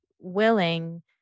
willing